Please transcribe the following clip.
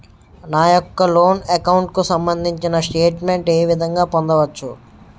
నా యెక్క loan account కు సంబందించిన స్టేట్ మెంట్ ఏ విధంగా పొందవచ్చు?